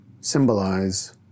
symbolize